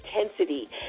intensity